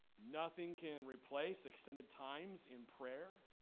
nothing can replace extended times in prayer